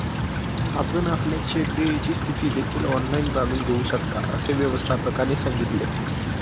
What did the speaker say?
आपण आपल्या चेक देयची स्थिती देखील ऑनलाइन जाणून घेऊ शकता, असे व्यवस्थापकाने सांगितले